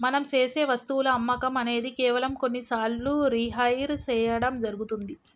మనం సేసె వస్తువుల అమ్మకం అనేది కేవలం కొన్ని సార్లు రిహైర్ సేయడం జరుగుతుంది